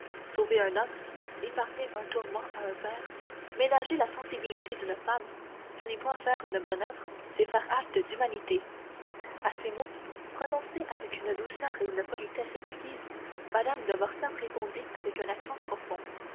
sauver un homme épargner un tourment à un père ménager la sensibilité d'une femme ce n'est point faire une bonne oeuvre c'est faire acte d'humanité à ces mots prononcés avec une douceur et une politesse exquises mme de morcerf répondit avec un accent profond